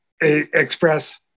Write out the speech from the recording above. express